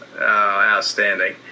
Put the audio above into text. Outstanding